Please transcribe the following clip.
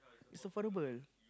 it's affordable